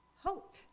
hope